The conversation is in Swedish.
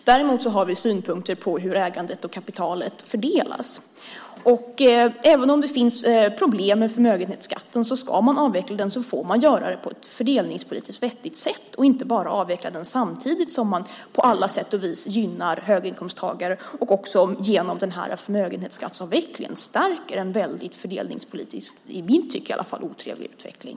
Däremot har vi synpunkter på hur ägandet och kapitalet fördelas. Visst finns det problem med förmögenhetsskatten, men ska man avveckla den får man göra det på ett fördelningspolitiskt vettigt sätt. Man kan inte bara avveckla den samtidigt som man på alla sätt och vis gynnar höginkomsttagare, och också genom förmögenhetsskatteavvecklingen stärker en väldigt fördelningspolitiskt - i mitt tycke i alla fall - otrevlig utveckling.